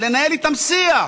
לנהל איתם שיח.